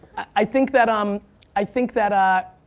i think that, um i think that, ah